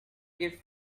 gift